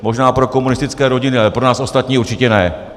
Možná pro komunistické rodiny, ale pro nás ostatní určitě ne!